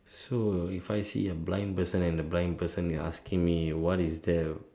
so if I see the blind person and the blind person is asking me what is there